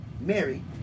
Mary